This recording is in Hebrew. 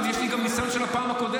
יש לי גם ניסיון של הפעם הקודמת.